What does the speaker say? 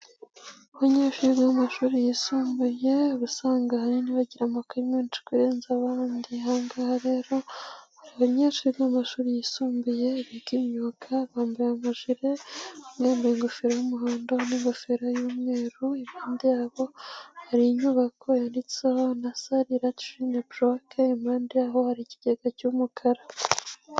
Abanyeshuri biga mu mashuri yisumbuye uba usanga ahanini bajyira amakayi menshi kurenza abandi, ahanga rero hari abanyeshuri biga mu mashuri yisumbuye biga'imyuga bambaye nkajere mweme ingofero y'umuhondo n'ingofero y'umwerude hari inyubako yanditseho na salilatrine prokepande aho hari ikigega cy'umukara.